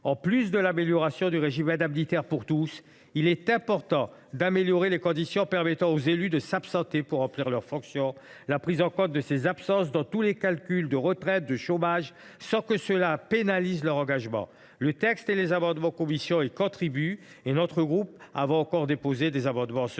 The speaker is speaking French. outre l’amélioration du régime indemnitaire pour tous, il est important d’améliorer les conditions permettant aux élus de s’absenter pour remplir leurs fonctions. La prise en compte de ces absences dans tous les calculs relatifs à la retraite ou au chômage doit être assurée, sans que cela pénalise leur engagement. Le texte et les amendements adoptés en commission y contribuent. Notre groupe a également déposé des amendements en ce